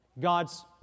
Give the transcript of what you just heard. God's